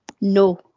No